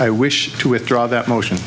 i wish to withdraw that motion